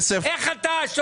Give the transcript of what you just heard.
אנחנו מבקשים לדון בהן היום.